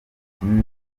kinini